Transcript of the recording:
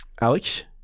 Alex